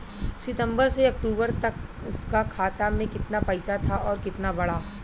सितंबर से अक्टूबर तक उसका खाता में कीतना पेसा था और कीतना बड़ा?